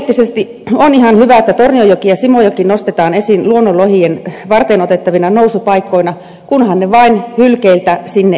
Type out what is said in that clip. aluepoliittisesti on ihan hyvä että tornionjoki ja simojoki nostetaan esiin luonnonlohien varteenotettavina nousupaikkoina kunhan ne vain hylkeiltä sinne ehtivät